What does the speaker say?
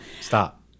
Stop